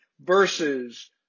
versus